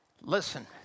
Listen